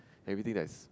everything that's